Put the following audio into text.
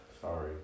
Sorry